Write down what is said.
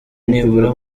nibura